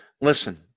Listen